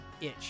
itch